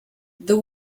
the